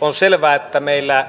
on selvää että meillä